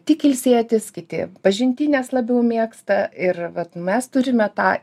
tik ilsėtis kiti pažintines labiau mėgsta ir vat mes turime tą